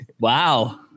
Wow